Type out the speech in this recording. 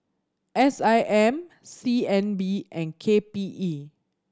S I M C N B and K P E